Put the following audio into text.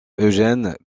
eugène